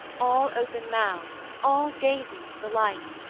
all open-mouthed, all gazing to the light,